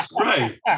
Right